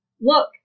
look